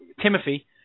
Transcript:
Timothy